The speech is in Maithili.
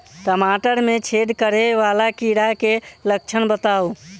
टमाटर मे छेद करै वला कीड़ा केँ लक्षण बताउ?